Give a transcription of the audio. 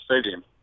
stadium